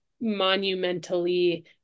monumentally